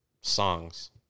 songs